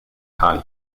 hali